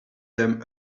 them